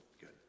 good